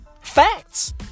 Facts